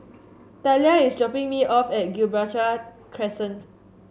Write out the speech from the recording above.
Talia is dropping me off at Gibraltar Crescent